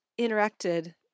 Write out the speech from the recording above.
interacted